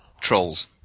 Trolls